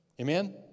Amen